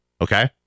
Okay